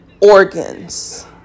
organs